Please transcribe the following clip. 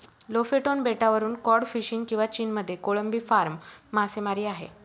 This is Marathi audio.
लोफेटोन बेटावरून कॉड फिशिंग किंवा चीनमध्ये कोळंबी फार्म मासेमारी आहे